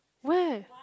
where